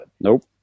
Nope